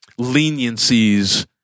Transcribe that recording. leniencies